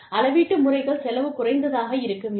அளவீட்டு முறைகள் செலவு குறைந்ததாக இருக்க வேண்டும்